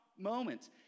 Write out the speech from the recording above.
moments